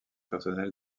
personnel